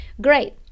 Great